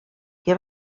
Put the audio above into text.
que